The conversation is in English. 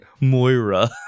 Moira